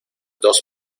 dos